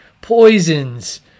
poisons